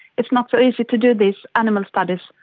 it's not so easy to do these animal studies.